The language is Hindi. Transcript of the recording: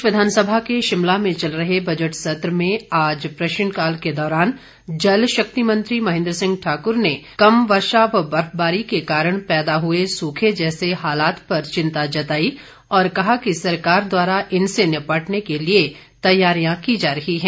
प्रदेश विधानसभा के शिमला में चल रहे बजट सत्र में आज प्रश्नकाल के दौरान जलशक्ति मंत्री महेंद्र सिंह ठाकुर ने कम वर्षा व बर्फबारी के कारण पैदा हुए सूखे जैसे हालात पर चिंता जताई और कहा कि सरकार द्वारा इनसे निपटने के लिए तैयारिया की जा रही है